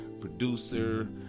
Producer